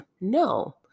no